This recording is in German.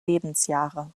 lebensjahre